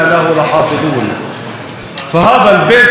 אבו ח'אלד,